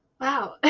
Wow